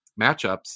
matchups